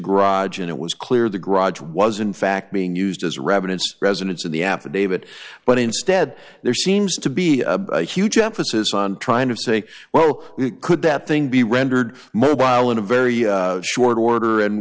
garage and it was clear the garage was in fact being used as residents residents of the affidavit but instead there seems to be a huge emphasis on trying to say well could that thing be rendered in a very short order and